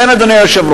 לכן, אדוני היושב-ראש,